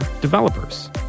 developers